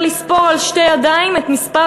אפשר לספור על אצבעות שתי ידיים את הפליטים